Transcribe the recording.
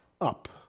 up